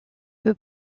peu